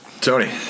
Tony